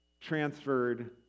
transferred